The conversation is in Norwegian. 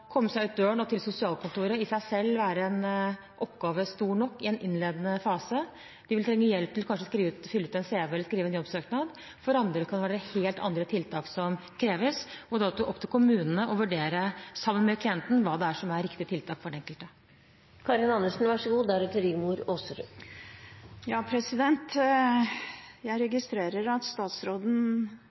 til sosialkontoret i seg selv være en oppgave stor nok i en innledende fase. De vil trenge hjelp til kanskje å fylle ut en CV eller skrive en jobbsøknad. For andre kan det være helt andre tiltak som kreves. Da er det opp til kommunene sammen med klienten å vurdere hva som er riktig tiltak for den enkelte. Jeg registrerer at statsråden ikke forstår at det å være i fattigdom og ikke ha penger til å klare hverdagen i seg sjøl fører til uhelse. Ingen er uenig i at